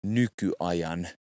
nykyajan